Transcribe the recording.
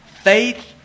faith